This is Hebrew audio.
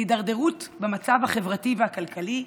להידרדרות במצב החברתי והכלכלי,